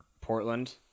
portland